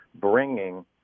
bringing